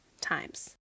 times